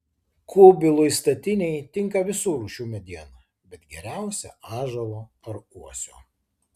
kubilui statinei tinka visų rūšių mediena bet geriausia ąžuolo ar uosio